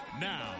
Now